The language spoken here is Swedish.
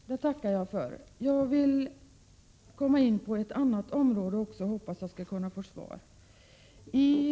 Fru talman! Det tackar jag för. Jag vill komma in på även ett annat område och hoppas att jag skall kunna få svar på en fråga.